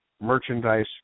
merchandise